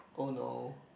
oh no